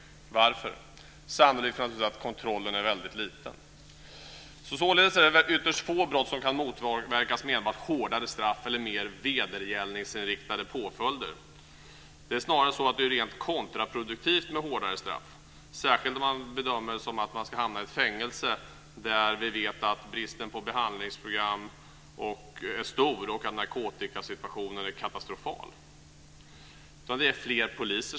Varför? Sannolikt därför att kontrollen är väldigt liten. Således är det ytterst få brott som kan motverkas med hjälp av hårdare straff eller mer vedergällningsinriktade påföljder. Det är snarare så att det är rent kontraproduktivt med hårdare straff. Det gäller särskilt om man bedömer att människor ska hamna i ett fängelse. Där vet vi att bristen på behandlingsprogram är stor och att narkotikasituationen är katastrofal. Jag tror att det är viktigt mer fler poliser.